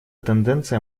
тенденция